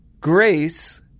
Grace